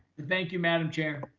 thank you, madam chair.